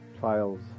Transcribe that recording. trials